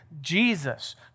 Jesus